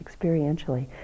experientially